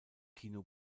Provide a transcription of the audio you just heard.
kino